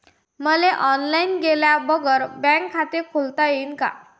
मले ऑनलाईन गेल्या बगर बँकेत खात खोलता येईन का?